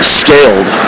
scaled